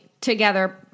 together